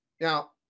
Now